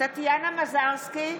טטיאנה מזרסקי,